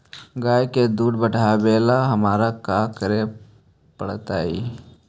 गाय के दुध बढ़ावेला हमरा का करे पड़तई?